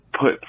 put